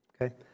Okay